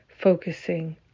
Focusing